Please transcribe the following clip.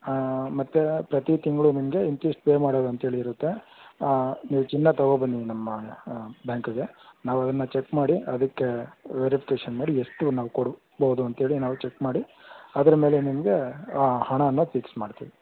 ಮತ್ತು ಪ್ರತಿ ತಿಂಗಳು ನಿಮಗೆ ಇಂತಿಷ್ಟು ಪೇ ಮಾಡೋದು ಅಂತ ಹೇಳಿ ಇರುತ್ತೆ ನೀವು ಚಿನ್ನ ತಗೋ ಬನ್ನಿ ನಮ್ಮ ಬ್ಯಾಂಕ್ಗೆ ನಾವದನ್ನು ಚೆಕ್ ಮಾಡಿ ಅದಕ್ಕೆ ವೆರಿಫಿಕೇಷನ್ ಮಾಡಿ ಎಷ್ಟು ನಾವು ಕೊಡಬಹುದು ಅಂತ ಹೇಳಿ ನಾವು ಚೆಕ್ ಮಾಡಿ ಅದರ ಮೇಲೆ ನಿಮಗೆ ಆ ಹಣಾನ ಫಿಕ್ಸ್ ಮಾಡ್ತೀವಿ